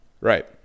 right